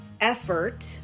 effort